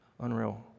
unreal